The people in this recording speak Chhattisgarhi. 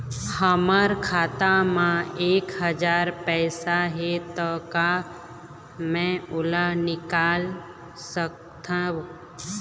हमर खाता मा एक हजार पैसा हे ता का मैं ओला निकाल सकथव?